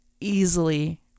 easily